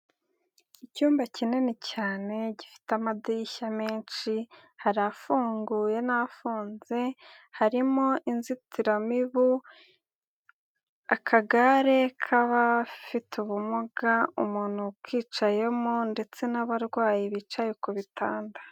Icyumba kinini cyane gifite amadirishya menshi ,hari afunguye n'afunze harimo; inzitiramibu ,akagare k'abafite ubumuga, umuntu ukicayemo ndetse n'abarwayi bicaye ku bitanda.